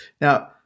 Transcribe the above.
Now